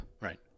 Right